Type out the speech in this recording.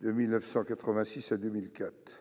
de 1986 à 2004.